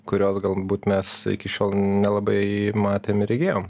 kurios galbūt mes iki šiol nelabai matėm ir regėjom